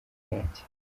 ryanjye